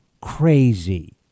crazy